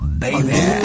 baby